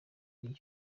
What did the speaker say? niyo